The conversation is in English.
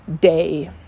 day